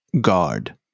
guard